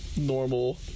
Normal